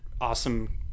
awesome